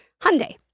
Hyundai